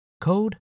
code